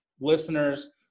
listeners